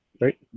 right